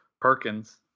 Perkins